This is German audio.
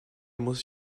muss